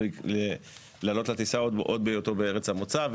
לעלות לטיסה עוד בהיותו בארץ המוצא,